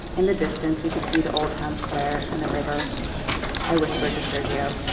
in the distance we could see the old town square and the river i whispered to sergiusz, so